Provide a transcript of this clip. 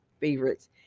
favorites